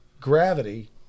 gravity